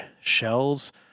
shells